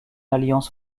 alliance